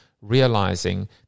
realizing